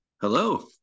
Hello